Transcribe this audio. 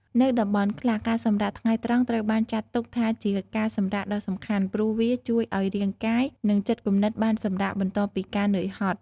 នៅតំបន់ខ្លះ ការសម្រាកថ្ងៃត្រង់ត្រូវបានចាត់ទុកថាជាការសម្រាកដ៏សំខាន់ ព្រោះវាជួយឱ្យរាងកាយ និងចិត្តគំនិតបានសម្រាកបន្ទាប់ពីការនឿយហត់។